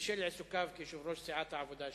ובשל עיסוקיו כיושב-ראש סיעת העבודה,